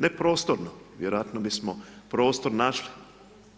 Ne prostorno, vjerojatno bismo prostor našli,